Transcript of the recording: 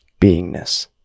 beingness